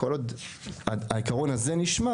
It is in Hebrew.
כל עוד העקרון הזה נשמר,